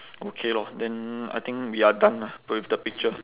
okay lor then I think we are done lah with the picture